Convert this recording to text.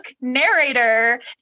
narrator